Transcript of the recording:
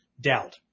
doubt